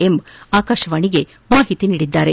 M ಆಕಾಶವಾಣಿಗೆ ಮಾಹಿತಿ ನೀಡಿದ್ದಾರೆ